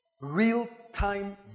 Real-time